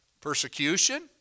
Persecution